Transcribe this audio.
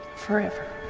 forever.